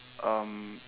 um